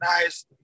nice